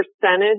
percentage